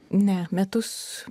ne metus